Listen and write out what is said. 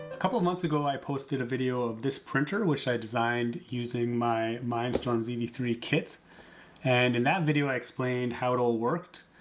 a couple of months ago i posted a video of this printer, which i designed using my mindstorms e v three kit and in that video i explained how it all worked.